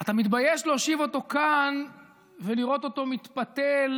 אתה מתבייש להושיב אותו כאן ולראות אותו מתפתל